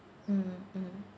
mmhmm mm